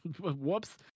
whoops